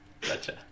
Gotcha